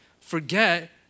forget